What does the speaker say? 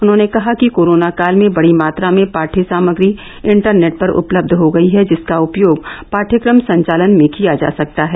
उन्होंने कहा कि कोरोना काल में बड़ी मात्रा में पाढ़य सामग्री इंटरनेट पर उपलब्ध हो गयी है जिसका उपयोग पाठ्यक्रम संचालन में किया जा सकता है